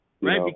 Right